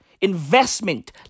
Investment